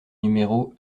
numéro